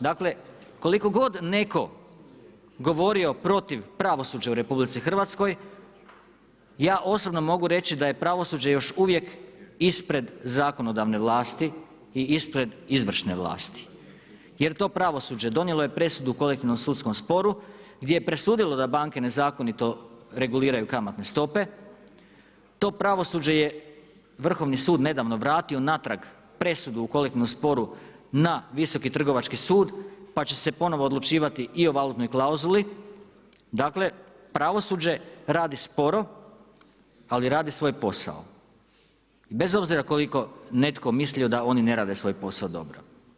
Dakle koliko god neko govorio protiv pravosuđa u RH, ja osobno mogu reći da je pravosuđe još uvijek ispred zakonodavne vlasti i ispred izvršne vlasti jer to pravosuđe donijelo je presudu u kolektivnom sudskom sporu gdje je presudilo da banke nezakonito reguliraju kamatne stope, to pravosuđe je Vrhovni sud nedavno vratio natrag presudu u kolektivnom sporu na Visoki trgovački sud pa će se ponovo odlučivati i o valutnoj klauzuli, dakle pravosuđe radi sporo, ali radi svoj posao, bez obzira koliko netko mislio da oni ne rade svoj posao dobro.